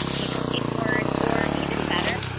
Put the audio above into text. you know words or even better